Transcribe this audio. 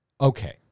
Okay